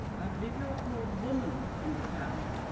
i believe you're called woman in the family.